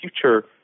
future